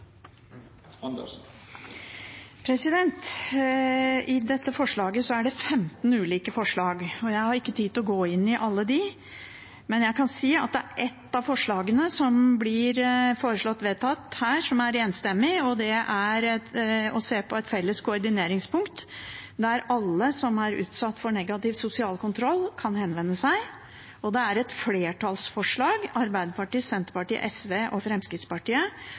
minutt. I dette representantforslaget er det 15 ulike forslag. Jeg har ikke tid til å gå inn i alle dem, men jeg kan si at et av forslagene som her blir foreslått vedtatt enstemmig, er å se på et felles koordineringspunkt, der alle som er utsatt for negativ sosial kontroll, kan henvende seg. Det er også et flertallsforslag fra Arbeiderpartiet, Senterpartiet, SV og Fremskrittspartiet